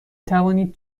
توانید